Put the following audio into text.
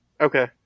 Okay